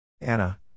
Anna